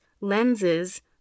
lenses